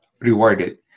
rewarded